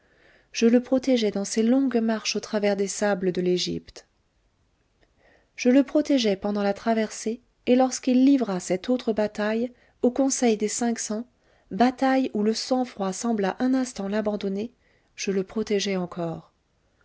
je le protégeai dans ces longues marches au travers des sables de l'egypte je le protégeai pendant la traversée et lorsqu'il livra cette autre bataille au conseil des cinq cents bataille où le sang-froid sembla un instant l'abandonner je le protégeai encore